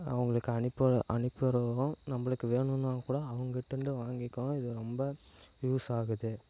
அவங்களுக்கு அனுப்ப அனுப்பிவிடுறோம் நம்பளுக்கு வேணுன்னா கூட அவங்கிட்டேருந்து வாங்கிக்கவும் இது ரொம்ப யூஸ் ஆகுது